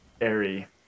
airy